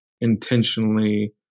intentionally